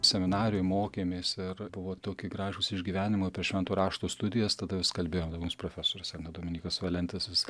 seminarijoj mokėmės ir buvo toki gražūs išgyvenimai per švento rašto studijas tada kalbėjo mums profesorius ane dominykas valentis jis